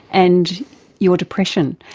and your depression?